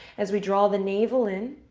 as we draw the navel in.